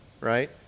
right